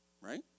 Right